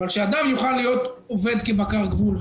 אבל שאדם יוכל להיות עובד כבקר גבול,